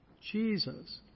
Jesus